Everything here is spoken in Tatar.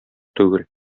түгел